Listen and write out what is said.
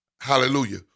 hallelujah